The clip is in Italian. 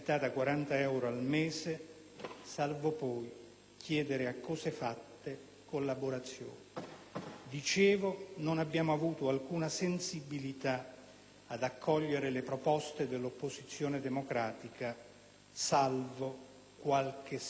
salvo poi chiedere a cose fatte collaborazioni, non abbiamo trovato alcuna sensibilità ad accogliere le proposte dell'opposizione democratica, salvo qualche sparuto ordine del giorno.